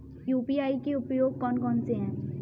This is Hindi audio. यू.पी.आई के उपयोग कौन कौन से हैं?